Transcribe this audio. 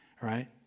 right